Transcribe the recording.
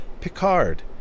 Picard